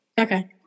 Okay